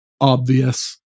obvious